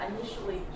initially